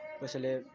कसैले